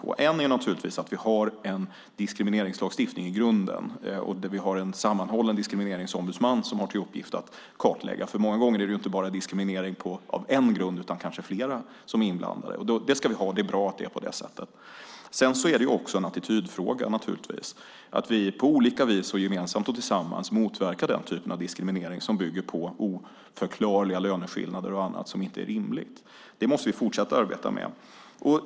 Ett är naturligtvis att vi har en diskrimineringslagstiftning i grunden, där vi har en sammanhållen diskrimineringsombudsman som har till uppgift att kartlägga. Många gånger är det inte bara diskriminering på en grund utan på flera. Det ska vi ha. Det är bra att det är på det sättet. Det är också en attitydfråga naturligtvis. Det handlar om att vi på olika vis gemensamt och tillsammans motverkar den typ av diskriminering som bygger på oförklarliga löneskillnader och annat som inte är rimligt. Det måste vi fortsätta att arbeta med.